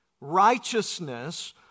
Righteousness